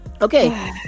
Okay